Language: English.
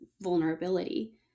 vulnerability